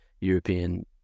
european